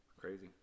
Crazy